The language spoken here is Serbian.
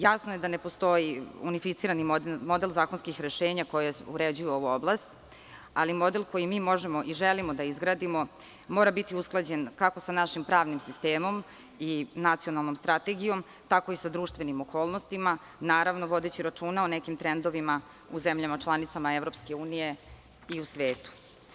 Jasno je da ne postoji unificirani model zakonskih rešenja koja uređuju ovu oblast, ali model koji mi možemo i želimo da izgradimo mora biti usklađen kako sa našim pravnim sistemom i nacionalnom strategijom, tako i sa društvenim okolnostima, naravno vodeći računa o nekim trendovima u zemljama članicama EU i u svetu.